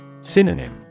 Synonym